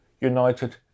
united